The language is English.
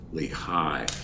high